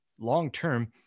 long-term